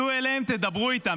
צאו אליהם, תדברו איתם.